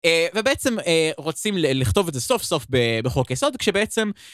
ובעצם רוצים לכתוב את זה סוף סוף בחוק סוד, כשבעצם...